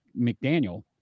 McDaniel